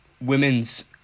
women's